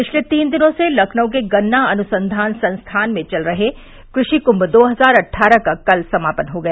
पिछले तीन दिनों से लखनऊ के गन्ना अनुसंघान संस्थान में चल रहे कृषि कृंम दो हजार अट्ठारह का कल समापन हो गया